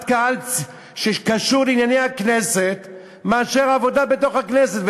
קהל שקשורים לענייני הכנסת מאשר עבודה בתוך הכנסת.